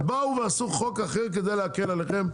אז באו ועשו חוק אחר כדי להקל עליכם,